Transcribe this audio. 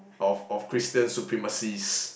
of of Christian supremacies